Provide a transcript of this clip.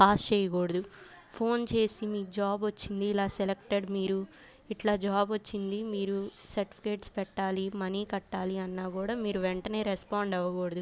pass చేయకూడదు phone చేసి మీక్ జాబ్ వచ్చింది ఇలా సెలెక్టెడ్ మీరు ఇట్లా జాబ్ వచ్చింది మీరు సర్టిఫికెట్స్ పెట్టాలి మనీ కట్టాలి అన్నా కూడా మీరు వెంటనే రెస్పాండ్ అవ్వకూడదు